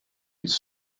his